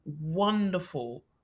wonderful